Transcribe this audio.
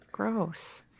Gross